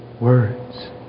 words